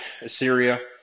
Assyria